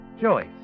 Joyce